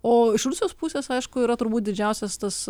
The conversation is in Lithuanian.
o iš rusijos pusės aišku yra turbūt didžiausias tas